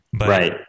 Right